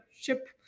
ship